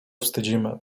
wstydzimy